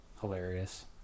Hilarious